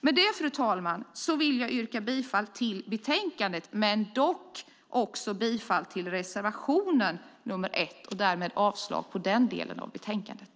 Med det, fru talman, yrkar jag bifall till förslaget i betänkandet men också bifall till reservation nr 1 och därmed avslag på den delen av betänkandet.